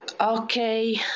Okay